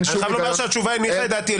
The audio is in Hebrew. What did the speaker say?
אני חייב לומר שהתשובה הניחה את דעתי.